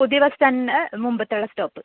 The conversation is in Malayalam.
പുതിയ ബസ് സ്റ്റാൻഡിന് മുമ്പത്തെയുള്ള സ്റ്റോപ്പ്